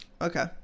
Okay